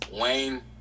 Wayne